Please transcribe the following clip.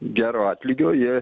gero atlygio jie